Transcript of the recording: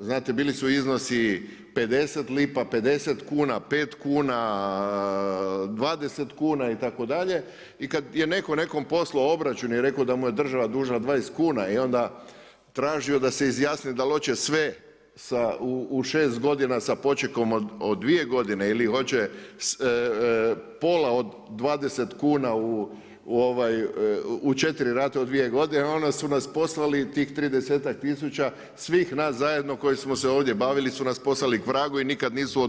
Znate bili su izbori 50 lipa, 50 kuna, 5 kuna, 20 kuna itd. i kad je netko nekome poslao obračun i rekao da mu je država dužna 20 kn i onda traže da se izjasne dal hoće sve u 6 godine sa počekom od 2 godine ili hoće pola od 20 kuna u 4 rate u 2 godine, onda su nas poslali, tih 30000 svih nas zajedno koje smo se ovdje bavili, su nas poslali k vragu i nikada nisu